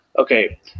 Okay